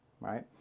right